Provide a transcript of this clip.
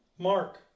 mark